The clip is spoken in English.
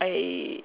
I